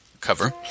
cover